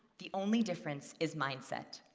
the only difference is mindset.